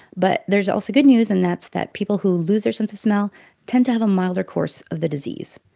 but there's also good news, and that's that people who lose their sense of smell tend to have a milder course of the disease.